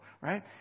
right